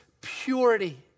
purity